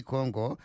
Congo